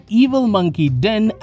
evilmonkeyden